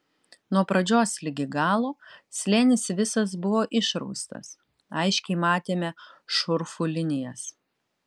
nuo pat pradžios ligi galo slėnis visas buvo išraustas aiškiai matėme šurfų linijas